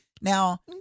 Now